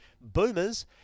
boomers